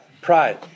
pride